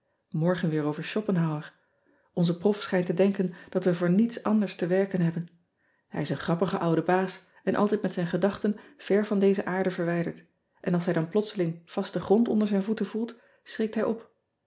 morgen weer over chopenhauer nze prof schijnt te denken dat we voor niets anders te werken hebben ij is een grappige oude baas en altijd met zijn gedachten ver van deze aarde verwijderd en als hij dan plotseling vasten grond onder zijn voeten voelt schrikt hij op